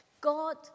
God